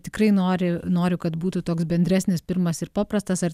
tikrai nori noriu kad būtų toks bendresnis pirmas ir paprastas ar